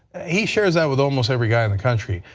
he sure is that with almost every guy in the country.